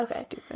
okay